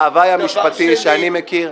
בהווי המשפטי שאני מכיר,